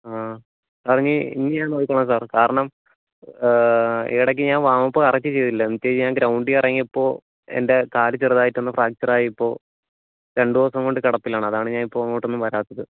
ആ സാറിനി ഇനി ഞാൻ നോക്കിക്കോളാം സാർ കാരണം ഇടക്ക് ഞാൻ വാം അപ്പ് കറക്ട് ചെയ്തില്ല എന്നിട്ട് ചെയ്യാണ്ട് ഗ്രൗണ്ടിൽ ഇറങ്ങിയപ്പോൾ എൻ്റെ കാല് ചെറുതായിട്ടൊന്ന് ഫ്രാക്ച്ചറ് ആയി ഇപ്പോൾ രണ്ടുദിവസംകൊണ്ട് കിടപ്പിലാണ് അതാണ് ഞാൻ ഇപ്പം അങ്ങോട്ട് ഒന്നും വരാത്തത്